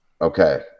okay